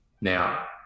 Now